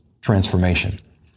transformation